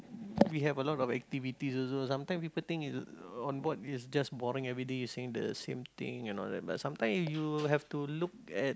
we have a lot of activities also sometime people think on board is just boring everyday seeing the same thing and all that but sometime you have to look at